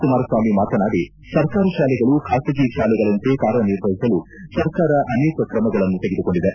ಕುಮಾರಸ್ವಾಮಿ ಮಾತನಾಡಿ ಸರ್ಕಾರಿ ಶಾಲೆಗಳು ಖಾಸಗಿ ಶಾಲೆಗಳಂತೆ ಕಾರ್ಯನಿರ್ವಹಿಸಲು ಸರ್ಕಾರ ಅನೇಕ ಕ್ರಮಗಳನ್ನು ತೆಗೆದುಕೊಂಡಿದೆ